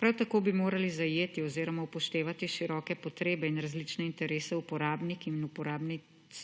Prav tako bi morali zajeti oziroma upoštevati široke potrebe in različne interese uporabnik in uporabnic